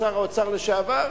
שר האוצר לשעבר,